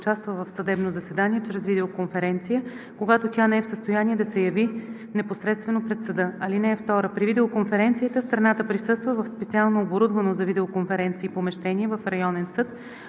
участва в съдебно заседание чрез видеоконференция, когато тя не е в състояние да се яви непосредствено пред съда. (2) При видеоконференцията страната присъства в специално оборудвано за видеоконференции помещение в районен съд,